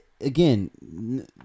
Again